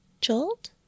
Jolt